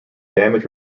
damage